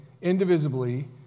indivisibly